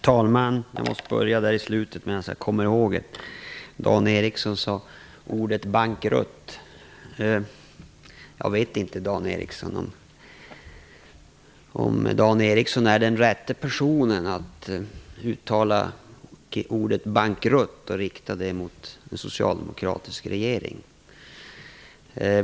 Herr talman! Jag måste börja i slutet, medan jag kommer ihåg det som sades. Dan Ericsson använde ordet bankrutt. Jag vet inte om Dan Ericsson är den rätte personen att uttala ordet bankrutt och rikta det mot en socialdemokratisk regering.